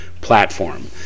platform